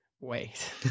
Wait